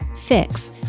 fix